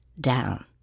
down